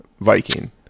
Viking